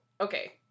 Okay